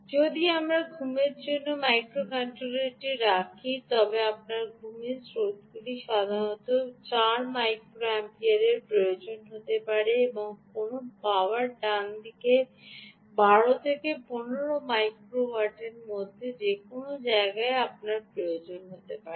যদি আমরা ঘুমের জন্য মাইক্রোকন্ট্রোলারটি রাখি তবে আপনার ঘুমের স্রোতগুলি সাধারণত 4 মাইক্রো অ্যাম্পিয়ারের প্রয়োজন হতে পারে কোনও পাওয়ার ডানদিকে 12 থেকে 15 মাইক্রো ওয়াটের মধ্যে যে কোনও জায়গায় আপনার প্রয়োজন হতে পারে